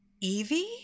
Evie